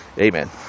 Amen